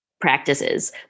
practices